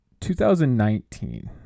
2019